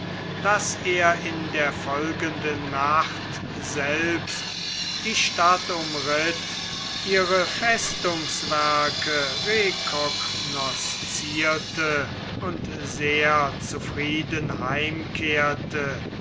daß er in der folgenden nacht selbst die stadt umritt ihre festungswerke recognoscierte und sehr zufrieden heimkehrte